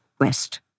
West